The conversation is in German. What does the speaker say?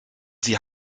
sie